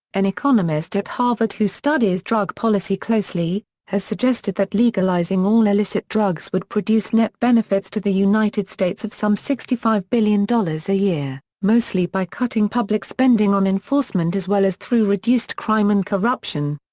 an economist at harvard who studies drug policy closely, has suggested that legalizing all illicit drugs would produce net benefits to the united states of some sixty five billion dollars a year, mostly by cutting public spending on enforcement as well as through reduced crime and corruption.